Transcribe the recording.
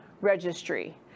registry